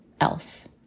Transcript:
else